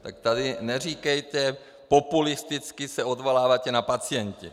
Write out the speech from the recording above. Tak tady neříkejte populisticky se odvoláváte na pacienty.